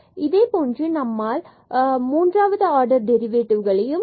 இதேபோன்று நம்மிடம் மூன்றாவது ஆர்டர் டெரிவேட்டிவ்களும் உள்ளன